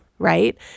right